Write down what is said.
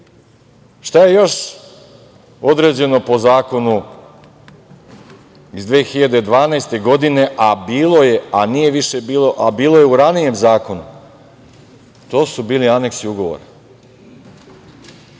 je još odrađeno po zakonu iz 2012. godine, a nije više bilo, a bilo je u ranijem zakonu? To su bili aneksi ugovora.